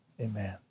amen